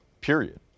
period